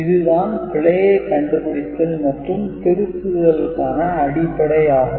இதுதான் பிழையை கண்டுபிடித்தல் மற்றும் திருத்துதலுக்கான அடிப்படை ஆகும்